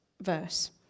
verse